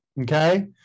Okay